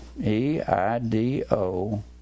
E-I-D-O